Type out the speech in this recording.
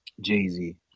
Jay-Z